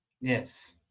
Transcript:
Yes